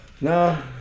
No